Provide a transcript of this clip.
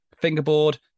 fingerboard